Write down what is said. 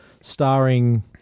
starring